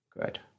Good